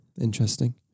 interesting